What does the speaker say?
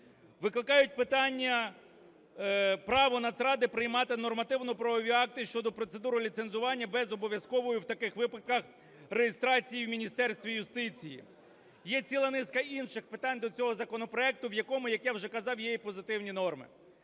Викликають питання право Нацради приймати нормативно-правові акти щодо процедури ліцензування без обов'язкової в таких випадках реєстрації в Міністерстві юстиції. Є ціла низка інших питань до цього законопроекту, в якому, як я вже казав, є і позитивні норми.